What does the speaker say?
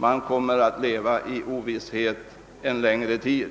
som kommer att leva i ovisshet en längre tid.